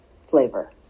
flavor